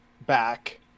back